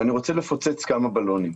ואני רוצה לפוצץ כמה בלונים.